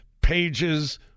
pages